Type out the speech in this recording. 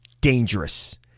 dangerous